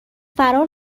فرار